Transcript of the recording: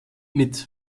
mit